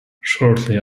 shortly